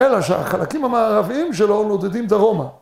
אלא שהחלקים המערביים שלו נודדים דרומה.